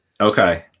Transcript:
Okay